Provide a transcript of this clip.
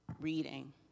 reading